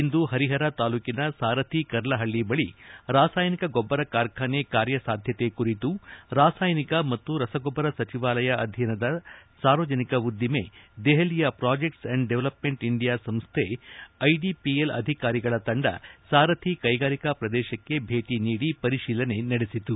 ಇಂದು ಹರಿಹರ ತಾಲೂಕಿನ ಸಾರಥಿ ಕರ್ಲಹಳ್ಳಿ ಬಳಿ ರಾಸಾಯನಿಕ ಗೊಬ್ಬರ ಕಾರ್ಖಾನೆ ಕಾರ್ಯಸಾಧ್ಯತೆ ಕುರಿತು ರಾಸಾಯನಿಕ ಮತ್ತು ರಸಗೊಬ್ಬರ ಸಚಿವಾಲಯ ಅಧೀನದ ಸಾರ್ವಜನಿಕ ಉದ್ದಿಮೆ ದೆಹಲಿಯ ಪ್ರಾಜೆಕ್ಟ್ ಅಂಡ್ ಡೆವೆಲಪ್ಮೆಂಟ್ ಇಂಡಿಯ ಸಂಸ್ಥೆ ಐಡಿಪಿಎಲ್ ಅಧಿಕಾರಿಗಳ ತಂಡ ಸಾರಥಿ ಕೈಗಾರಿಕಾ ಪ್ರದೇಶಕ್ಕೆ ಭೇಟ ನೀಡಿ ಪರಿಶೀಲನೆ ನಡೆಸಿತು